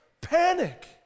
Panic